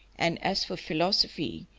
and as for philosophy,